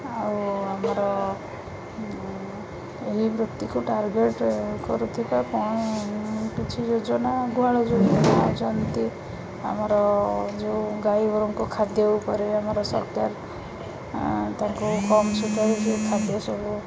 ଆଉ ଆମର ଏହି ବୃତ୍ତିକୁ ଟାର୍ଗେଟ୍ କରୁଥିବା କ'ଣ କିଛି ଯୋଜନା ଗୁହାଳ ଯୋଜନା ଅଛନ୍ତି ଆମର ଯେଉଁ ଗାଈଗୋରୁଙ୍କ ଖାଦ୍ୟ ଉପରେ ଆମର ସରକାର ତାଙ୍କୁ କମ୍ ସୁଚାରୁ ରୂପେ ଖାଦ୍ୟ ସବୁ